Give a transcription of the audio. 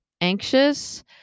anxious